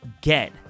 get